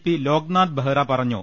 P Loknath Behra പറഞ്ഞു